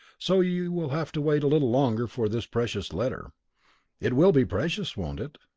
so you will have to wait a little longer for this precious letter it will be precious, won't it?